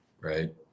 right